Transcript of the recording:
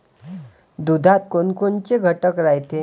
दुधात कोनकोनचे घटक रायते?